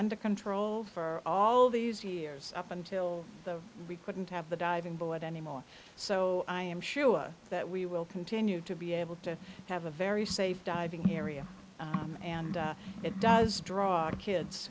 under control for all these years up until the we couldn't have the diving board anymore so i am sure that we will continue to be able to have a very safe diving area and it does draw kids